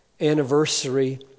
anniversary